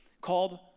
called